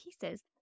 pieces